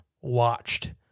watched